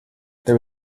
there